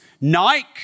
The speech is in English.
Nike